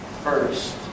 first